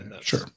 sure